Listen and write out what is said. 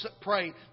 pray